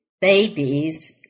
babies